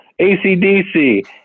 ACDC